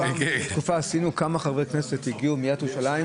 באיזה תקופה עשינו כמה חברי כנסת הגיעו מעיריית ירושלים